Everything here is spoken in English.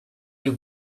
you